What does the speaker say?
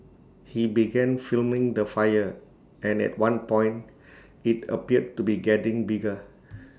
he began filming the fire and at one point IT appeared to be getting bigger